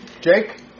Jake